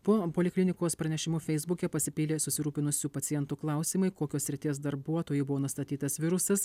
po poliklinikos pranešimu feisbuke pasipylė susirūpinusių pacientų klausimai kokios srities darbuotojui buvo nustatytas virusas